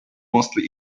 mostly